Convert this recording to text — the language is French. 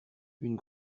une